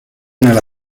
nella